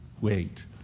Wait